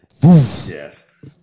Yes